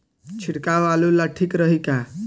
छिड़काव आलू ला ठीक रही का?